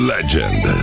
Legend